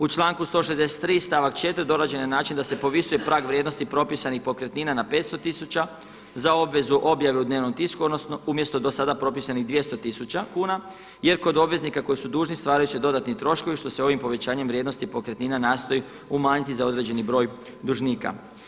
U članku 163. stavak 4 dorađen je na način da se povisuje prag vrijednosti propisanih pokretnina na 500 tisuća za obvezu objave u dnevnom tisku, odnosno umjesto do sada propisanih 200 tisuća kuna, jer kod obveznika koji su dužni stvaraju se dodatni troškovi što se ovim povećanjem vrijednosti pokretnina nastoji umanjiti za određeni broj dužnika.